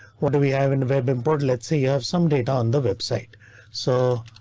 what do we have in the web import? let's say you have some data on the website so.